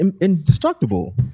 indestructible